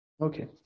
Okay